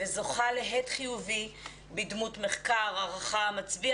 וזוכה להד חיובי בדמות מחקר הערכה המצביע